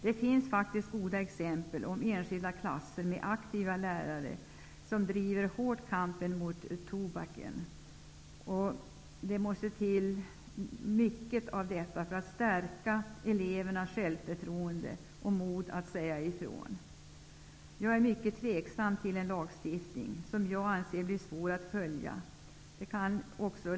Det finns faktiskt goda exempel på aktiva klasser med aktiva lärare som hårt driver kampen mot tobaken. Mycket sådant måste till när det gäller att stärka elevernas självförtroende och deras mod att säga ifrån. Jag är mycket tveksam till en lagstiftning, för jag anser att det blir svårt att följa en sådan.